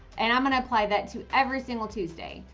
and i'm going to apply that to every single tuesday.